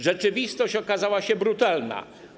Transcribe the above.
Rzeczywistość okazała się brutalna.